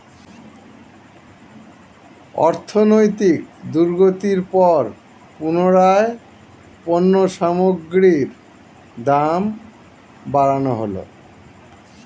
অর্থনৈতিক দুর্গতির পর পুনরায় পণ্য সামগ্রীর দাম বাড়ানো হলো